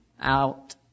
Out